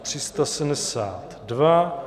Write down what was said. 372.